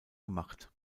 gemacht